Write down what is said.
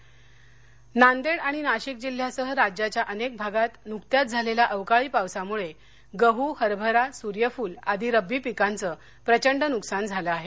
पाऊस नकसान नांदेड नांदेड आणि नाशिक जिल्ह्यासह राज्याच्या अनेक भागात नुकत्याच झालेल्या अवकाळी पावसामुळे गहू हरभरा सूर्यफूल आदि रब्बी पिकांचं प्रचंड नुकसान झालं आहे